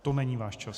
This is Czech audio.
To není váš čas.